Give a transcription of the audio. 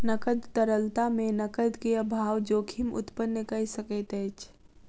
नकद तरलता मे नकद के अभाव जोखिम उत्पन्न कय सकैत अछि